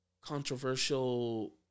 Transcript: controversial